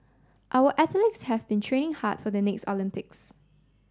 our athletes have been training hard for the next Olympics